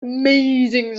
amazing